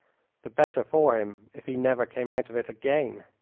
the better for him if he never came out of it again.